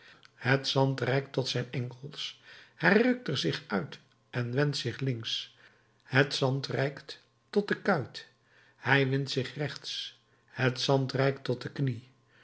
het zand reikt tot zijn enkels hij rukt er zich uit en wendt zich links het zand reikt tot de kuit hij wendt zich rechts het zand reikt tot de knie